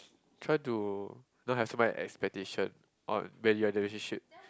try to not have so many expectation on when you're in the relationship